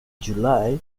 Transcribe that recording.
july